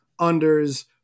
unders